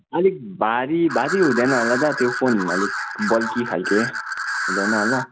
अलिक भारी भारी हुँदैन होला दा त्यो फोन अलिक बल्की खालको हुँदैन होला